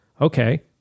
okay